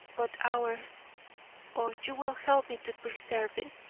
but ours oh, you will help me to preserve it!